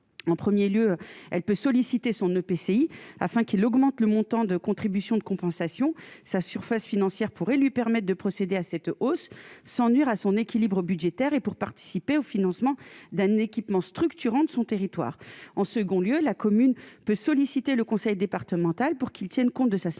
en 1er lieu elle peut solliciter son EPCI afin qu'il augmente le montant de contribution de compensation sa surface financière pourrait lui permettent de procéder à Sète hausse sans nuire à son équilibre budgétaire et pour participer au financement d'un équipement structurant de son territoire, en second lieu, la commune peut solliciter le conseil départemental pour qu'il tienne compte de sa spécificité